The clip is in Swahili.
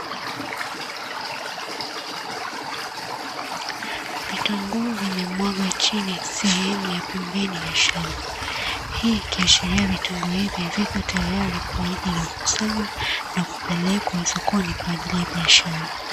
Vitunguu vimemwagwa chini sehemu ya pembeni ya shamba, hii ikiashiria vitunguu hivi viko tayari kwa ajili ya kukusanywa na kupelekwa sokoni kwa ajili ya biashara.